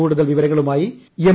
കൂടുതൽ വിവരങ്ങളുമായി എം